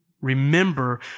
Remember